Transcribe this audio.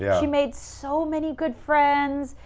yeah she made so many good friends.